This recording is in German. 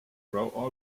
frau